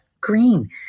Green